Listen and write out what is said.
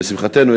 לשמחתנו,